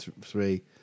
three